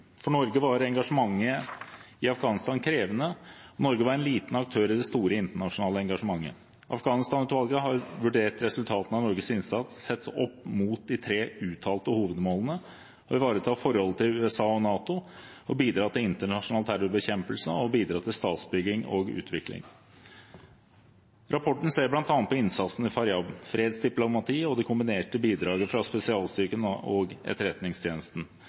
For Norge var engasjementet i Afghanistan krevende. Norge var en liten aktør i det store, internasjonale engasjementet. Afghanistan-utvalget har vurdert resultatene av Norges innsats sett opp mot de tre uttalte hovedmålene: å ivareta forholdet til USA og NATO, å bidra til internasjonal terrorbekjempelse og å bidra til statsbygging og utvikling. Rapporten ser bl.a. på innsatsen i Faryab, fredsdiplomati og det kombinerte bidraget fra spesialstyrkene og Etterretningstjenesten.